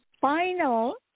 final